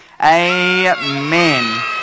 amen